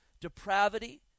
depravity